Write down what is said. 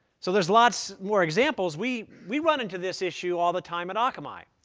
so there's lots more examples. we we run into this issue all the time at akamai.